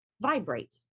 vibrate